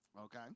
Okay